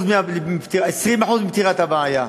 20% מפתירת הבעיה,